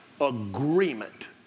Agreement